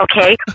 okay